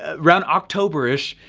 ah round october ish.